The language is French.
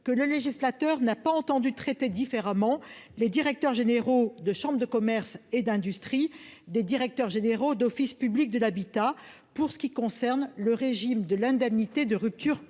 que le législateur n'a pas entendu traiter différemment les directeurs généraux de chambre de commerce et d'industrie des directeurs généraux d'office public de l'habitat, pour ce qui concerne le régime de l'indemnité de rupture